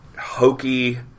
hokey